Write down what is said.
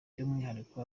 by’umwihariko